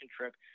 trip